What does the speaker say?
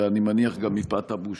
אלא אני מניח גם מפאת הבושה.